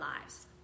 lives